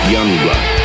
Youngblood